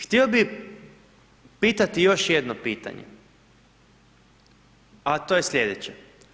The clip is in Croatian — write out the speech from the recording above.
Htio bih pitati još jedno pitanje, a to je sljedeće.